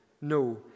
No